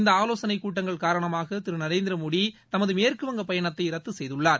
இந்த ஆலோசனைக் கூட்டங்கள் காரணமாக திரு நரேந்திரமோடி தமது மேற்குவங்க பயணத்தை ரத்து செய்துள்ளார்